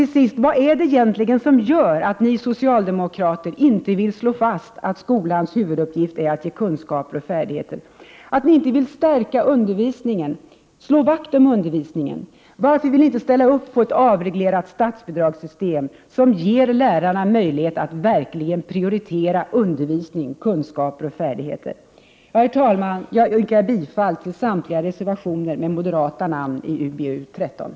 Vad är det egentligen som gör att ni socialdemokrater inte vill slå fast att skolans huvuduppgift är att ge kunskaper och färdigheter? Varför vill ni inte stärka undervisningen, slå vakt om undervisningen? Varför vill ni inte ställa upp på ett avreglerat statsbidragssystem, som ger lärarna möjlighet att prioritera undervisning, kunskaper och färdigheter? Herr talman! Jag yrkar bifall till samtliga reservationer där moderata namn förekommer.